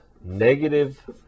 negative